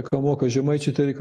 ką moka žemaičiai tai reik